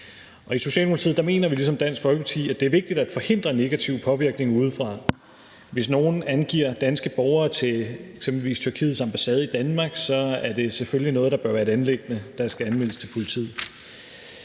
Folkeparti, at det er vigtigt at forhindre negativ påvirkning udefra. Hvis nogen angiver danske borgere til eksempelvis Tyrkiets ambassade i Danmark, er det selvfølgelig noget, der bør være et anliggende, der skal anmeldes til politiet.